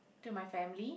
to my family